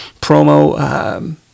promo